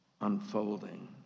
Unfolding